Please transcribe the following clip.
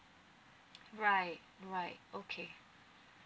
right right okay